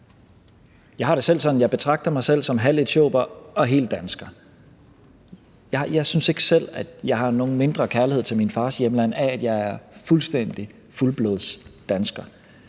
jeg betragter mig som halvetiopier og helt dansker. Jeg synes ikke selv, at jeg har nogen mindre kærlighed til min fars hjemland af, at jeg er fuldstændig fuldblodsdansker.